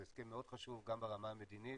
זה הסכם מאוד חשוב, גם ברמה המדינית,